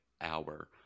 hour